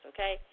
Okay